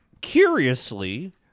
curiously